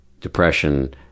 depression